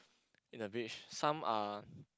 in a beach some are